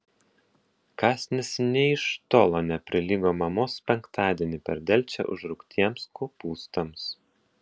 kąsnis nė iš tolo neprilygo mamos penktadienį per delčią užraugtiems kopūstams